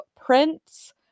prints